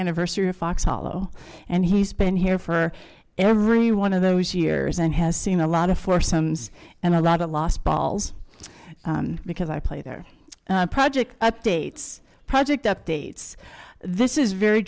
anniversary of fox hollow and he's been here for every one of those years and has seen a lot of for sums and a lot of lost balls because our play their project updates project updates this is very